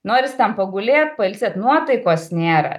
norisi ten pagulėt pailsėt nuotaikos nėra